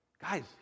Guys